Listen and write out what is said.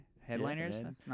headliners